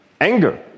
anger